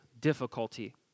difficulty